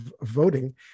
voting